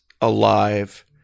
alive